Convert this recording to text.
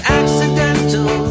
accidental